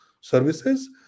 services